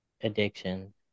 addiction